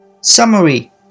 Summary